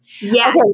Yes